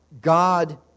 God